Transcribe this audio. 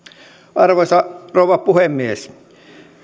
arvoisa rouva puhemies